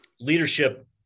leadership